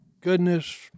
goodness